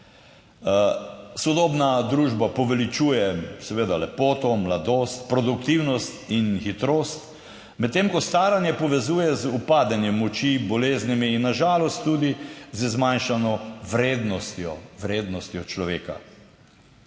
Sodobna družba poveličuje seveda lepoto, mladost, produktivnost in hitrost, medtem ko staranje povezuje z upadanjem moči, boleznimi in na žalost tudi z zmanjšano vrednostjo,